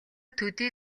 төдий